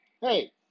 Hey